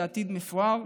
ועתיד מפואר.